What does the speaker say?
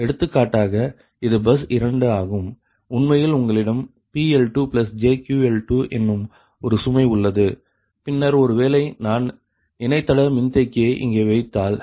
எடுத்துக்காட்டாக இது பஸ் 2 ஆகும் உண்மையில் உங்களிடம் PL2jQL2 என்னும் ஒரு சுமை உள்ளது பின்னர் ஒருவேளை நான் இணைத்தட மின்தேக்கியை இங்கே வைத்தால்